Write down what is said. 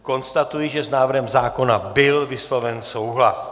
Konstatuji, že s návrhem zákona byl vysloven souhlas.